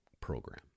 program